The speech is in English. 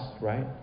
right